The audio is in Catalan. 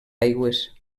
aigües